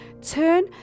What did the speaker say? turn